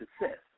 success